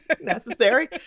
necessary